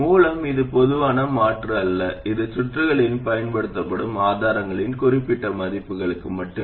மூலம் இது பொதுவான மாற்று அல்ல இது சுற்றுகளில் பயன்படுத்தப்படும் ஆதாரங்களின் குறிப்பிட்ட மதிப்புகளுக்கு மட்டுமே